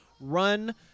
Run